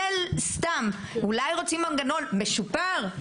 אולי רוצים מנגנון משופר,